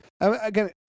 Again